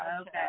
okay